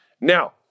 Now